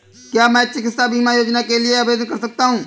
क्या मैं चिकित्सा बीमा योजना के लिए आवेदन कर सकता हूँ?